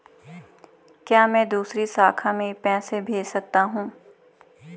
क्या मैं दूसरी शाखा में पैसे भेज सकता हूँ?